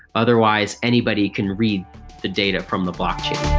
otherwise anybody can read the data from the blockchain.